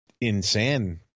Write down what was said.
insane